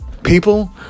people